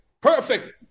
Perfect